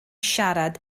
siarad